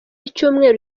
icyumweru